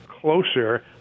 Closer